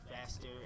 faster